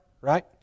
right